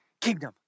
kingdom